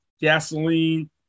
gasoline